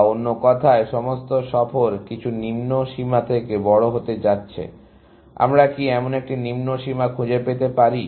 বা অন্য কথায় সমস্ত সফর কিছু নিম্ন সীমা থেকে বড় হতে যাচ্ছে আমরা কি এমন একটি নিম্ন সীমা খুঁজে পেতে পারি